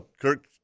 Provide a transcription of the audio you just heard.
Kirk